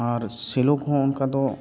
ᱟᱨ ᱥᱮᱞᱳ ᱠᱚᱦᱚᱸ ᱚᱱᱠᱟᱫᱚ